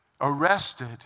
arrested